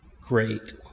great